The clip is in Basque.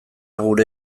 gure